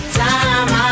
time